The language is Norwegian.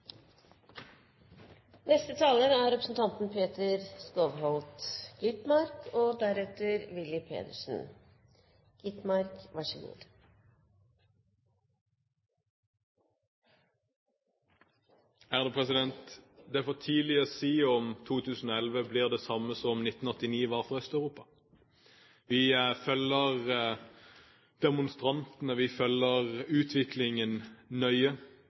Det er for tidlig å si om 2011 blir det samme for Nord-Afrika og Midtøsten som 1989 var det for Øst-Europa. Vi følger demonstrantene, og vi følger utviklingen nøye.